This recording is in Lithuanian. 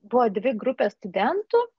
buvo dvi grupės studentų